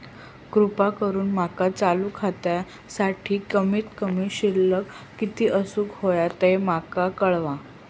कृपा करून माका चालू खात्यासाठी कमित कमी शिल्लक किती असूक होया ते माका कळवा